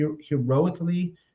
heroically